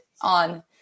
on